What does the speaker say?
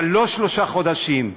אבל לא בשלושה חודשים.